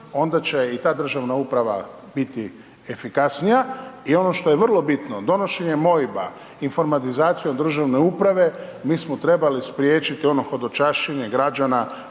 onda će i ta državna uprava, biti efikasnija. I ono što je vrlo bitno donošenjem OIB-a informatizacijom državne uprave, mi smo trebali spriječiti ono hodočašćenje građana